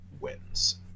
wins